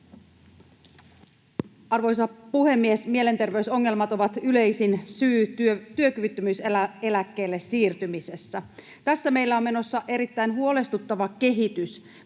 Arvoisa puhemies! Mielenter-veysongelmat ovat yleisin syy työkyvyttömyyseläkkeelle siirtymisessä. Tässä meillä on menossa erittäin huolestuttava kehitys.